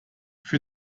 für